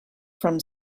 from